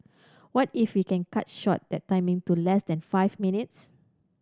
what if we can cut short that timing to less than five minutes